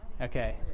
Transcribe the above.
Okay